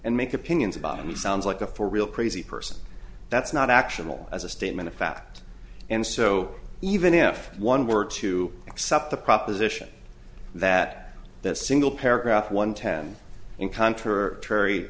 and make opinions about and it sounds like a for real crazy person that's not actionable as a statement of fact and so even if one were to accept the proposition that that single paragraph one ten encounter